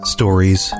Stories